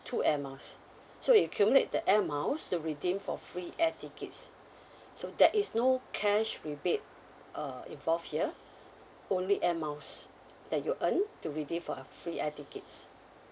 two air miles so you accumulate the air miles to redeem for free air tickets so there is no cash rebate uh involved here only air miles that you earn to redeem for a free air tickets